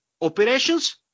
operations